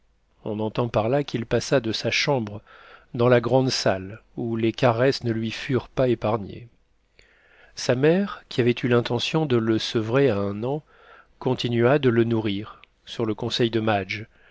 on entend par là qu'il passa de sa chambre dans la grande salle où les caresses ne lui furent pas épargnées sa mère qui avait eu l'intention de le sevrer à un an continua de le nourrir sur le conseil de madge